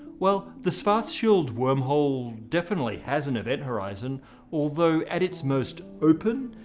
well the schwarzschild wormhole definitely has an event horizon although at its most open,